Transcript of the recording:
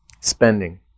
spending